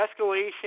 escalation